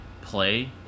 play